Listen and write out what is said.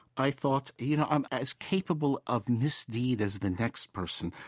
i thought, you know, i'm as capable of misdeed as the next person.